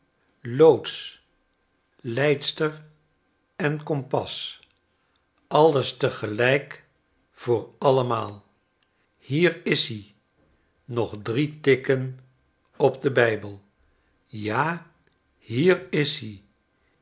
loods leidster en kompas allestegelijk voor allemaal hier is-i nog drie tikken op den bijbel ja hier is-i hiermee